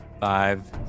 Five